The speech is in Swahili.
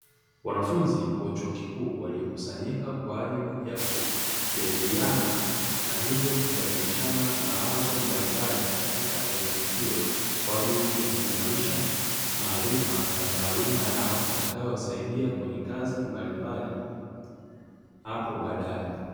Wanafunzi wa chuo kikuu, waliokusanyika kwa ajili ya kujadiliana na hivyo kubadilishana mawazo mbalimbali katika elimu hiyo, kwa ajili ya kuimarisha maarifa na taaluma yao, itakayowasaidia kwenye kazi mbalimbali hapo baadaye.